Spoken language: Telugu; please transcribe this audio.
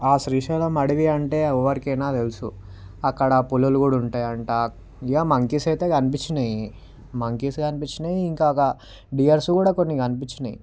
ఆ శ్రీశైలం అడవి అంటే ఎవరికైనా తెలుసు అక్కడ పులులు కూడా ఉంటాయి అట ఇక మంకీస్ అయితే కనిపించాయి మంకీస్ కనిపించాయి ఇంకా గ డీర్స్ కూడా కొన్ని కనిపించాయి